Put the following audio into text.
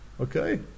okay